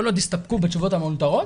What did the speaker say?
כל עוד הסתפקו בתשובות המאולתרות,